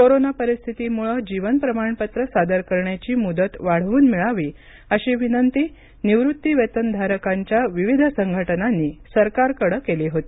corona परिस्थितीमूळं जीवन प्रमाणपत्र सादर करण्याची मुदत वाढवून मिळावी अशी विनंती निवृत्ती वेतनधारकांच्या विविध संघटनांनी सरकारकडं केल्याचं केली होती